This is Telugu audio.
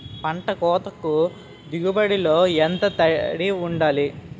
పంట కోతకు దిగుబడి లో ఎంత తడి వుండాలి?